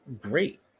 great